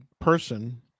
person